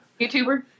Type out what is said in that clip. youtuber